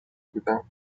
بودم